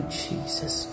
jesus